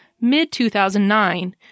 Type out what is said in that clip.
mid-2009